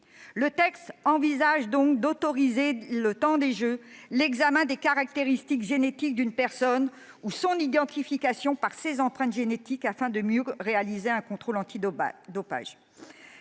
Le texte autorise donc, pour le temps des Jeux, l'examen des caractéristiques génétiques d'une personne ou son identification par ses empreintes génétiques afin d'améliorer les contrôles antidopage.